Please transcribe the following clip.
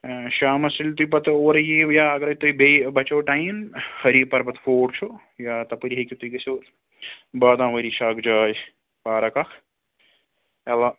شامَس ییٚلہِ تُہۍ پتہٕ اورٕ یِیِو یا اگرَے تۄہہِ بیٚیہِ بَچو ٹایِم ۂری پربَت فوٹ چھُ یا تَپٲری ہیٚکِو تُہۍ گٔژھِو بادام وٲری چھِ اَکھ جاے پارَک اَکھ